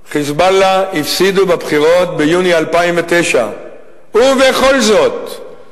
"חיזבאללה" הפסידו בבחירות ביוני 2009. ובכל זאת,